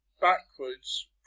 backwards